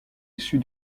issus